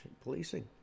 policing